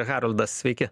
haroldas sveiki